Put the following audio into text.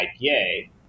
IPA